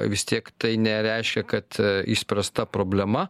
vis tiek tai nereiškia kad išspręsta problema